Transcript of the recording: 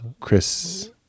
Chris